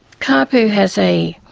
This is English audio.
caaapu has a